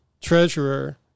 treasurer